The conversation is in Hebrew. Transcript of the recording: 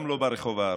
גם לא ברחוב הערבי,